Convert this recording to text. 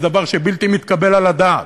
זה דבר בלתי מתקבל על הדעת.